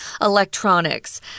electronics